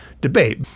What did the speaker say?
debate